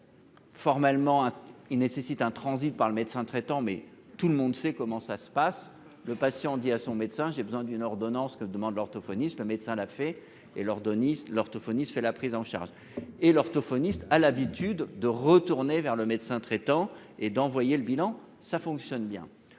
Formellement, il nécessite un transit par le médecin traitant mais tout le monde sait comment ça se passe le patient dit à son médecin, j'ai besoin d'une ordonnance que demande l'orthophoniste, le médecin l'a fait et leur Denis l'orthophoniste fait la prise en charge et l'orthophoniste a l'habitude de retourner vers le médecin traitant et d'envoyer le bilan ça fonctionne bien,